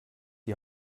die